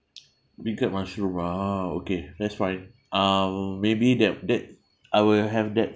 beancurd mushroom ah okay that's fine uh maybe that that I will have that